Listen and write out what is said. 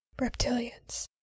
Reptilians